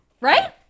Right